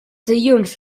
dilluns